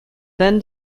then